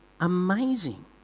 amazing